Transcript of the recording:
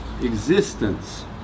existence